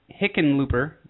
Hickenlooper –